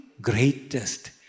greatest